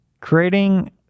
Creating